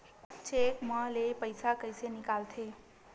Cheque म ले पईसा कइसे निकलथे?